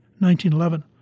1911